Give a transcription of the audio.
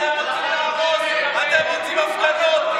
אתם רוצים הפגנות,